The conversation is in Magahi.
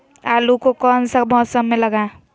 आलू को कौन सा मौसम में लगाए?